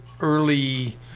early